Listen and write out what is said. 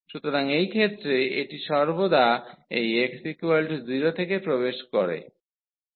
সুতরাং এই ক্ষেত্রে এটি সর্বদা এই x 0 থেকে প্রবেশ করে